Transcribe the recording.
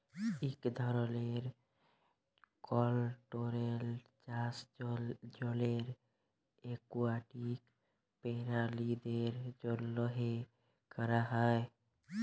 ইক ধরলের কলটোরোলড চাষ জলের একুয়াটিক পেরালিদের জ্যনহে ক্যরা হ্যয়